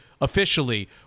officially